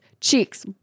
Cheeks